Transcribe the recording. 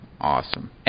Awesome